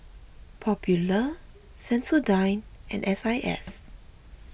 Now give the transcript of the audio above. Popular Sensodyne and S I S